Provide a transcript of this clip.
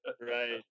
right